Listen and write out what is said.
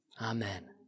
Amen